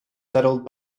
settled